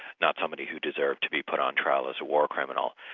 not somebody who deserved to be put on trial as a war criminal.